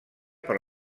per